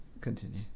continue